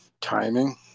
timing